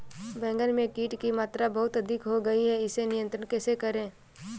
बैगन में कीट की मात्रा बहुत अधिक हो गई है इसे नियंत्रण कैसे करें?